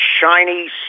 shiny